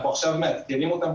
אנחנו עכשיו מעדכנים אותן,